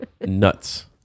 nuts